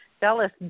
Dallas